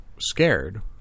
scared